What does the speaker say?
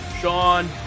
Sean